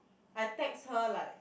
I text her like